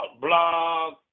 Blog